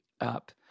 up